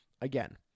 again